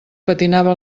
patinava